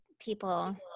people